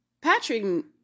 Patrick